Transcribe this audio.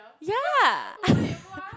ya